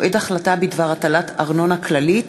(מועד החלטה בדבר הטלת ארנונה כללית),